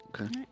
Okay